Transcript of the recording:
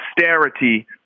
austerity